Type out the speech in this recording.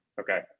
Okay